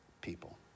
people